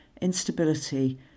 instability